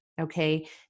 Okay